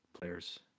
players